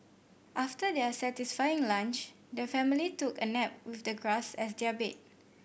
after their satisfying lunch the family took a nap with the grass as their bed